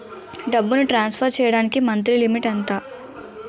డబ్బును ట్రాన్సఫర్ చేయడానికి monthly limit ఎంత?